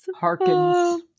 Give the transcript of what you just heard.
Harkens